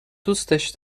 دوستش